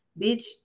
bitch